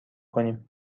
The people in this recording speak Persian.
کنیم